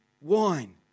wine